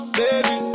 baby